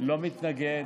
לא מתנגד.